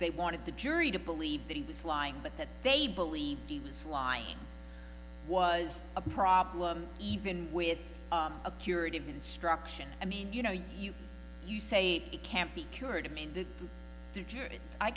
they wanted the jury to believe that he was lying but that they believed he was lying was a problem even with a curative instruction i mean you know you you say it can't be cured him in the